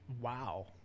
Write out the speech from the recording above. wow